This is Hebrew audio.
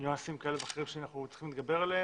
כאלו ואחרים שאנחנו צריכים לדבר עליהם.